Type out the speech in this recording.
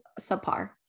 subpar